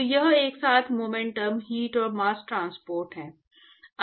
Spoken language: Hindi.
तो यह एक साथ मोमेंटम हीट और मास्स ट्रांसपोर्ट है